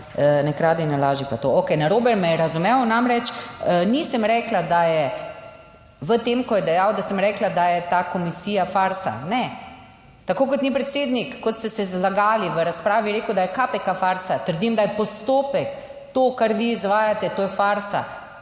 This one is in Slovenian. ne kradi, ne laži pa to. Okej, narobe me je razumel. Namreč, nisem rekla, da je, v tem, ko je dejal, da sem rekla, da je ta komisija farsa. Ne, tako kot ni predsednik, kot ste se zlagali v razpravi, rekel, da je KPK farsa. Trdim, da je postopek, to, kar vi izvajate to je farsa,